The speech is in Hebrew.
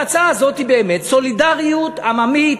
וההצעה הזאת היא באמת סולידריות עממית,